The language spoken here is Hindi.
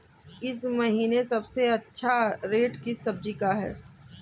इस महीने सबसे अच्छा रेट किस सब्जी का है?